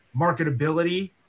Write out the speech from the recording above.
marketability